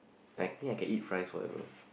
I think I can eat fries forever